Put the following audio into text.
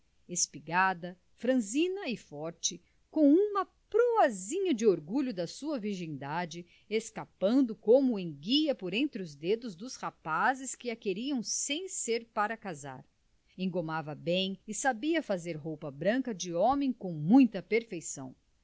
espigada franzina e forte com uma proazinha de orgulho da sua virgindade escapando como enguia por entre os dedos dos rapazes que a queriam sem ser para casar engomava bem e sabia fazer roupa branca de homem com muita perfeição